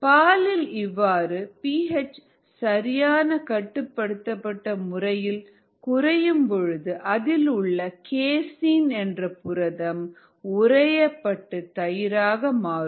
பாலில் இவ்வாறு P H சரியான கட்டுப்படுத்தப்பட்ட முறையில் குறையும் பொழுது அதிலுள்ள கேசின் என்ற புரதம் உறைய பட்டு தயிராக மாறும்